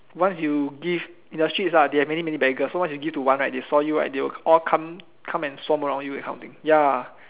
once you give in the streets there are many many beggars once you give to one right they saw you right they will all come come and swarm around you that kind of thing ya